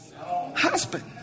husband